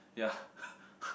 ya